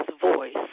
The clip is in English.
voice